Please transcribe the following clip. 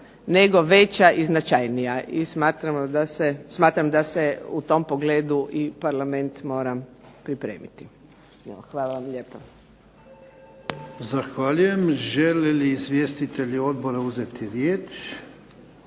nego veća i značajnija. I smatram da se u tom pogledu i parlament mora pripremiti. Hvala vam lijepa.